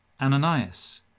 Ananias